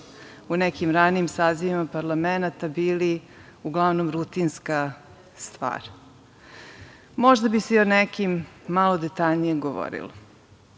u nekim ranijim sazivima parlamenata bili uglavnom rutinska stvar, možda bi se i o nekima malo detaljnije govorilo.Međutim,